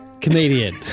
Comedian